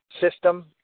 system